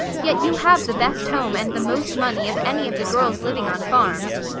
yet you have the best home, and the most money, of any of the girls living on farms.